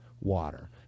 water